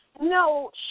No